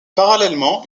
parallèlement